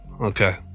okay